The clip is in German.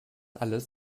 alles